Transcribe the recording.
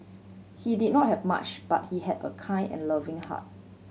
he did not have much but he had a kind and loving heart